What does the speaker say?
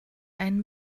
einen